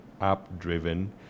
app-driven